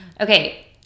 okay